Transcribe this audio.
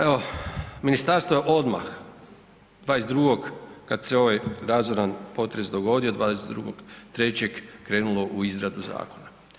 Evo ministarstvo odmah 22. kad se ovaj razoran potres dogodio 22.3., krenulo u izradu zakona.